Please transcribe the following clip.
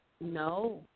No